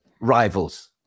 rivals